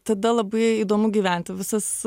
tada labai įdomu gyventi visas